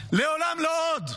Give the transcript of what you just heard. לעולם לא עוד.